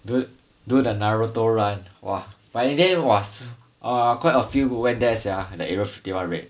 do do the naruto run !wah! but in the end was uh quite a few who went there sia the area fifty one raid